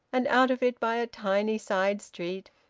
and out of it by a tiny side street,